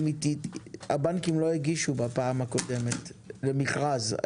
הבנקים לא הגישו בפעם הקודמת למכרז.